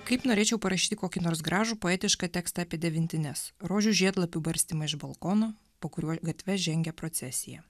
kaip norėčiau parašyti kokį nors gražų poetišką tekstą apie devintines rožių žiedlapių barstymą iš balkonų po kuriuo gatve žengia procesija